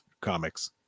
Comics